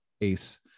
ace